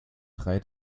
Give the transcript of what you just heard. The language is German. drei